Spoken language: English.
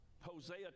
Hosea